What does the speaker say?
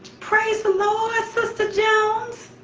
praise the lord, sister jones.